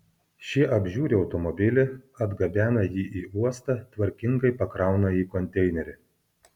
šie apžiūri automobilį atgabena jį į uostą tvarkingai pakrauna į konteinerį